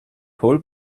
pole